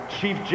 Chief